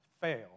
fail